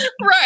Right